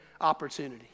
opportunity